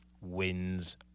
wins